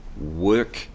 work